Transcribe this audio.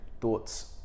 thoughts